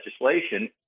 legislation